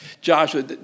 Joshua